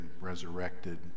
resurrected